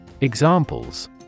Examples